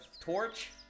torch